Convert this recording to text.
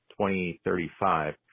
2035